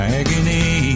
agony